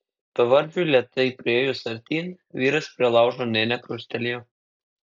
bevardžiui lėtai priėjus artyn vyras prie laužo nė nekrustelėjo